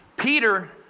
Peter